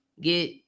get